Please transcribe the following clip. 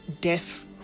deaf